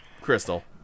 Crystal